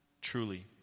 Truly